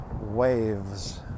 waves